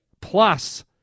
plus